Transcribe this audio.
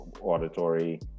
auditory